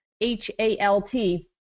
H-A-L-T